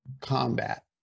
combat